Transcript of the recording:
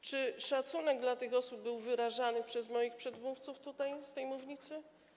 Czy szacunek dla tych osób był wyrażany przez moich przedmówców z tej mównicy?